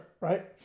right